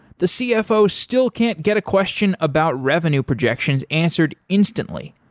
the cfo still can't get a question about revenue projections answered instantly.